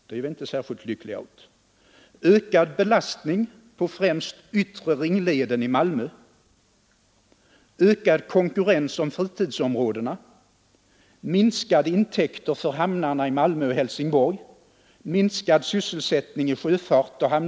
Det är vi inte särskilt lyckliga åt.